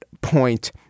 point